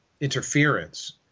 interference